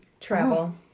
Travel